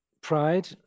pride